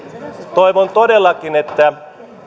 toivon todellakin